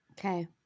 Okay